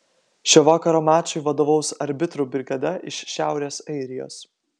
šio vakaro mačui vadovaus arbitrų brigada iš šiaurės airijos